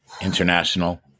International